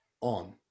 on